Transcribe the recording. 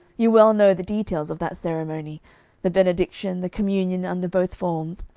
you well know the details of that ceremony the benediction, the communion under both forms,